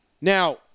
Now